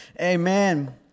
Amen